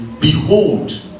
Behold